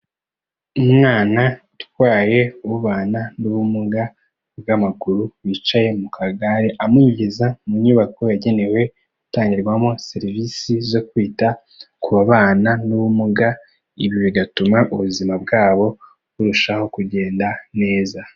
Umwana utwaye ubana n'ubumuga bw'amaguru wicaye mu kagare amwinjiza mu nyubako yagenewe gutangirwamo serivisi zo kwita kubabana n'ubumuga ibi bigatuma ubuzima bwabo burushaho kugenda neza,